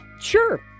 sure